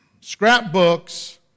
scrapbooks